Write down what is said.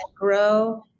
grow